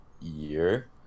year